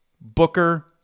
Booker